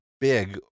big